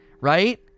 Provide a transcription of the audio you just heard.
Right